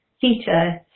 theta